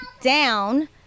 down